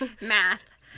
Math